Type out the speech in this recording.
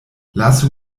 lasu